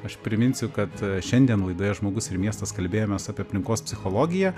aš priminsiu kad šiandien laidoje žmogus ir miestas kalbėjomės apie aplinkos psichologiją